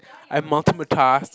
I multi my tasks